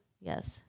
Yes